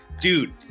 dude